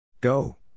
Go